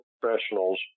professionals